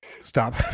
Stop